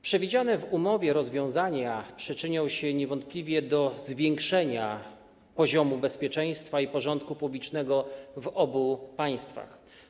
Przewidziane w umowie rozwiązania przyczynią się niewątpliwie do zwiększenia poziomu bezpieczeństwa i porządku publicznego w obu państwach.